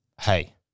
hey